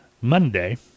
Monday